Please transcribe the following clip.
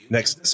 Next